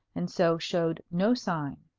and so showed no sign.